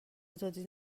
دادین